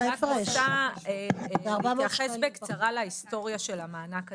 אני רק רוצה להתייחס בקצרה להיסטוריה של המענק הזה.